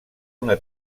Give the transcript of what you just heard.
una